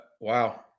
Wow